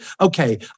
Okay